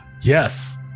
yes